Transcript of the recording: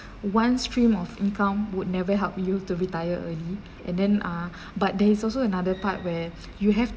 one stream of income would never help you to retire early and then ah but there is also another part where you have